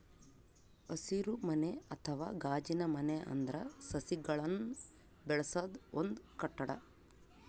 ಹಸಿರುಮನೆ ಅಥವಾ ಗಾಜಿನಮನೆ ಅಂದ್ರ ಸಸಿಗಳನ್ನ್ ಬೆಳಸದ್ ಒಂದ್ ಕಟ್ಟಡ